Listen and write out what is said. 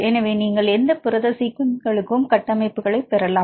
எனவே நீங்கள் எந்த புரத சீக்வென்ஸ்களுக்கும் கட்டமைப்புகளைப் பெறலாம்